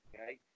Okay